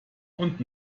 und